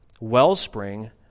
wellspring